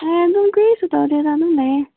ꯑꯦ ꯑꯗꯨꯝ ꯀꯔꯤꯁꯨ ꯇꯧꯗꯦꯗ ꯑꯗꯨꯝ ꯂꯩꯌꯦ